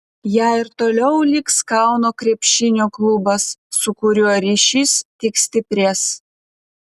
ja ir toliau liks kauno krepšinio klubas su kuriuo ryšys tik stiprės